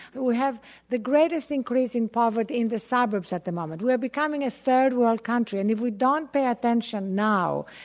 but we have the greatest increase in poverty in the suburbs at the moment. we are becoming a third world country and if we don't pay attention now,